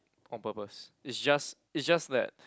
on purpose it's just it's just that